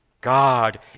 God